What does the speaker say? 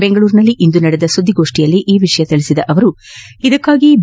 ಬೆಂಗಳೂರಿನಲ್ಲಿಂದು ನಡೆದ ಸುದ್ದಿಗೋಷ್ಠಿಯಲ್ಲಿ ಈ ವಿಷಯ ತಿಳಿಸಿದ ಅವರು ಇದಕ್ಕಾಗಿ ಬಿ